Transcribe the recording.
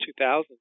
2000